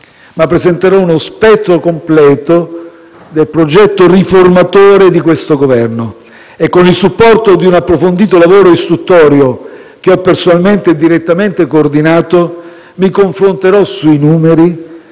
ma presenterò uno spettro completo del progetto riformatore di questo Governo e, con il supporto di un approfondito lavoro istruttorio che ho personalmente e direttamente coordinato, mi confronterò sui numeri,